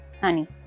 honey